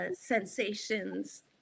sensations